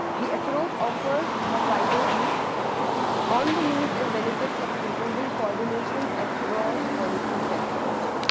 the approach offers a wider view on the needs and benefits of improving coordination across policy sectors.